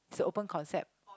it's a open concept